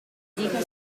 dica